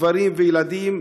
גברים וילדים,